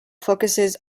focuses